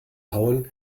hauen